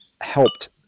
helped